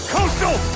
Coastal